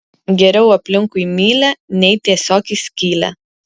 geriau aplinkui mylią nei tiesiog į skylę